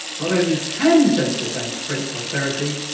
not only can central banks print prosperity,